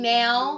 now